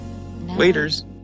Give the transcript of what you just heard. Waiters